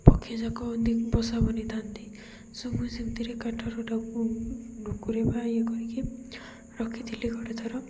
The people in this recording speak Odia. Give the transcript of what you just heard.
ପକ୍ଷୀ ଯାକ ଦି ପୋଷା ବନିଥାନ୍ତି ସବୁ ସେମିତିରେ କାଠରଟାକୁ ଢୋକୁରେ ବା ଇଏ କରିକି ରଖିଥିଲି ଗୋଟେଥର